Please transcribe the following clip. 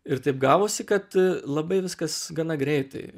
ir taip gavosi kad labai viskas gana greitai